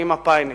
אני מפא"יניק.